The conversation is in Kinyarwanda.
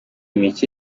mike